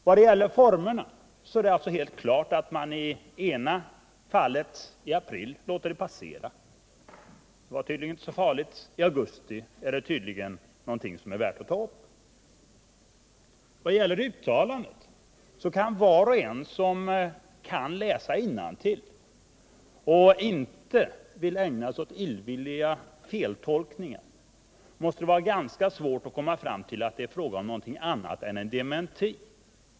När det gäller formerna är det klart att man i det ena fallet, dvs. i april, låter det hela passera. I augustifallet är det tydligen något som är värt att ta upp. När det gäller uttalandet måste var och en som läser innantill och inte vill ägna sig åt illvilliga feltolkningar ha svårt att komma fram till att det är fråga om någonting annat än en dementi.